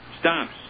Stops